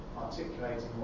articulating